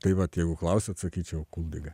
tai vat jeigu klausiat sakyčiau kuldyga